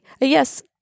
yes